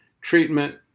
treatment